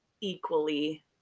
equally